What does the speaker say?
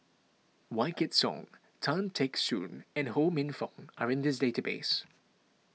Wykidd Song Tan Teck Soon and Ho Minfong are in this database